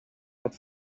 not